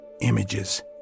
Images